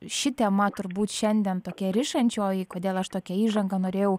ši tema turbūt šiandien tokia rišančioji kodėl aš tokią įžangą norėjau